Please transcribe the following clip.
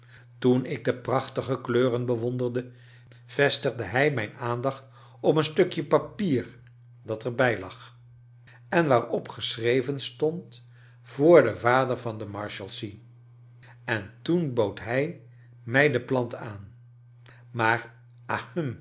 toen ik de prachtige kleuren bewonderde vestigde hij mijn aandacht op een stukje papier dat er bij lag en waarop geschreven stond voor den vader van de marshalsea en toen bood hij mij de plant aan maar